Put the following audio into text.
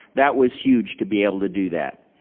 that was huge to be able to do that.